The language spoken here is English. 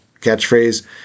catchphrase